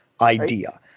idea